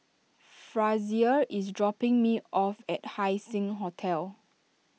Frazier is dropping me off at Haising Hotel